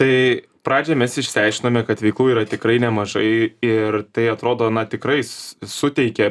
tai pradžioj mes išsiaiškinome kad veiklų yra tikrai nemažai ir tai atrodo na tikrais suteikia